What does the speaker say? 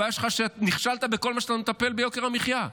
הבעיה שלך שנכשלת בכל מה שאתה מטפל בו ביוקר המחיה,